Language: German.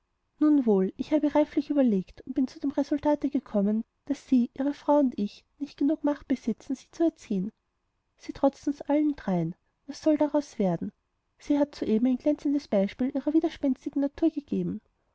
nun wohl ich habe reiflich überlegt und bin zu dem resultate gekommen daß sie ihre frau und ich nicht macht genug besitzen sie zu erziehen sie trotzt uns allen dreien was soll daraus werden sie hat soeben ein glänzendes beispiel ihrer widerspenstigen natur gegeben